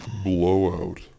Blowout